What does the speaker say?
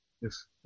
Yes